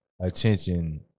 attention